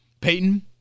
Peyton